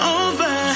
over